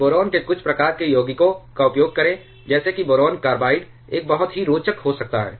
तो बोरान के कुछ प्रकार के यौगिकों का उपयोग करें जैसे कि बोरान कार्बाइड एक बहुत ही रोचक हो सकता है